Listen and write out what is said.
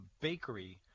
bakery